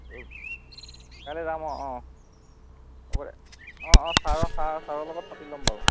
কাইলৈ যাম অঁ অঁ হ'ব দে অঁ অঁ ছাৰ ছাৰ ছাৰৰ লগত পাতি ল'ম বাৰু